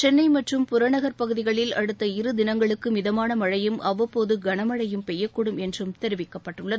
சென்னை மற்றும் புறநகர்ப் பகுதிகளில் அடுத்த இரு திளங்களுக்கு மிதமான மழையும் அவ்வப்போது கனமழையும் பெய்யக்கூடும் என்றும் தெரிவிக்கப்பட்டுள்ளது